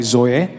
Zoe